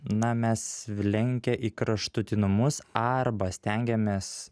na mes linkę į kraštutinumus arba stengiamės